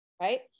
right